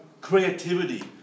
Creativity